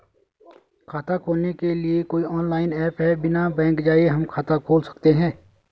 खाता खोलने के लिए कोई ऑनलाइन ऐप है बिना बैंक जाये हम खाता खोल सकते हैं?